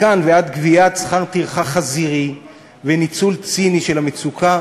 מכאן ועד גביית שכר טרחה חזירי וניצול ציני של המצוקה